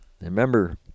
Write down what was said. Remember